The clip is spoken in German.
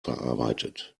verarbeitet